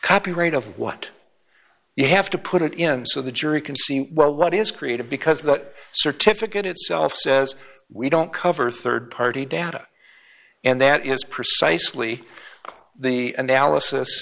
copyright of what you have to put it in so the jury can see well what is created because that certificate itself says we don't cover rd party data and that is precisely the analysis